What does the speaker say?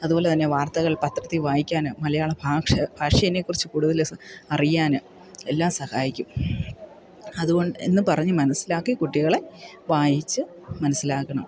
അതു പോലെ തന്നെ വാർത്തകൾ പത്രത്തിൽ വായിക്കാൻ മലയാള ഭാഷ ഭാഷേനെക്കുറിച്ച് കൂടുതൽ അറിയാൻ എല്ലാം സഹായിക്കും അതു കൊണ്ട് എന്നു പറഞ്ഞു മനസ്സിലാക്കി കുട്ടികളെ വായിച്ച് മനസ്സിലാക്കണം